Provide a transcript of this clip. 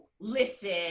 listen